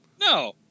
No